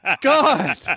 God